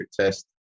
test